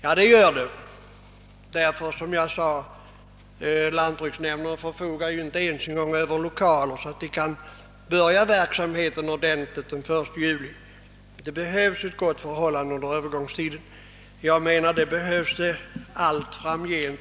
Som jag sade förfogar lantbruksnämnderna inte ens över lokaler så att de kan börja verksamheten den 1 juli. Det behövs alltså ett gott förhållande under övergångstiden och för övrigt, enligt min mening, allt framgent.